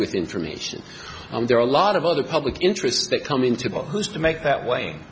with information and there are a lot of other public interests that come into who's to make that w